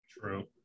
True